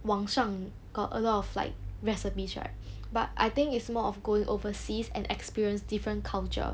网上 got a lot of like recipes right but I think it's more of going overseas and experience different culture